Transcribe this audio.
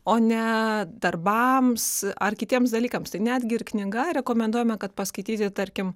o ne darbams ar kitiems dalykams tai netgi ir knyga rekomenduojame kad paskaityti tarkim